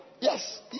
Yes